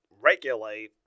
regulate